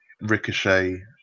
Ricochet